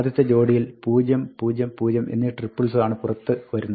ആദ്യത്തെ ജോഡിയിൽ 0 0 0 എന്നീ ട്രിപ്പിൾസ് ആണ് പുറത്ത് വരുന്നത്